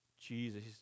Jesus